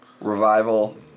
Revival